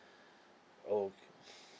oh okay